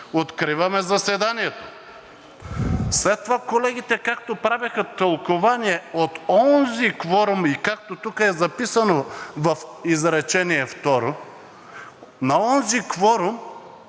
откриваме заседанието. След това колегите, както правеха тълкувание от онзи кворум и както тук е записано в изречение второ, на онзи кворум